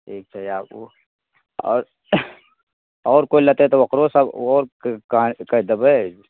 ठीक छै आबू आओर आओर कोइ लेतै तऽ ओकरो सभ ओहोके कहि कहि देबै